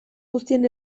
guztien